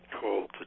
called